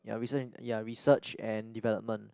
ya rese~ ya research and development